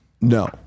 No